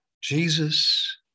Jesus